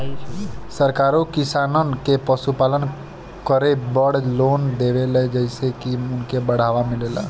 सरकारो किसानन के पशुपालन करे बड़ लोन देवेले जेइसे की उनके बढ़ावा मिलेला